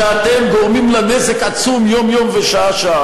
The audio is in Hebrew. שאתם גורמים לה נזק עצום יום-יום ושעה-שעה.